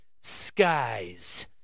Skies